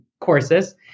courses